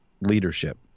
leadership